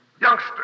youngster